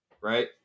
right